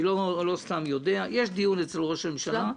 אני לא סתם יודע, יש דיון אצל ראש הממשלה.